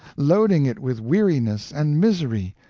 loading it with weariness and misery,